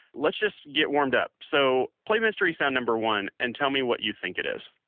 let's just get warmed up. so play mystery sound number one, and tell me what you think it is